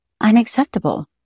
unacceptable